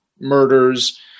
murders